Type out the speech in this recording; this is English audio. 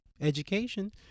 education